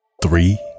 Three